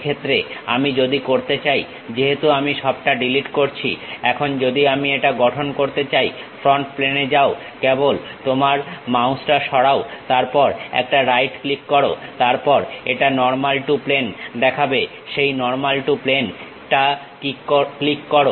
এক্ষেত্রে আমি যদি করতে চাই যেহেতু আমি সবটা ডিলিট করেছি এখন যদি আমি এটা গঠন করতে চাই ফ্রন্ট প্লেনে যাও কেবল তোমার মাউসটা সরাও তারপর একটা রাইট ক্লিক করো তারপর এটা নর্মাল টু প্লেন দেখাবে সেই নর্মাল টু প্লেনটা ক্লিক করো